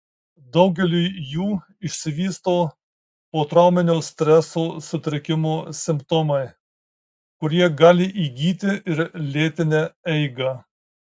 daugeliui jų išsivysto potrauminio streso sutrikimo simptomai kurie gali įgyti ir lėtinę eigą